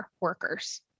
workers